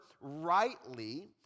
rightly